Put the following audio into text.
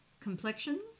complexions